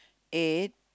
eight